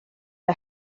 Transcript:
mae